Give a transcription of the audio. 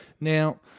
now